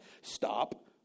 Stop